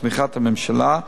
בתמיכת הממשלה,